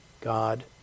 God